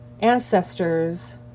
ancestors